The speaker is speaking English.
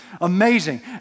Amazing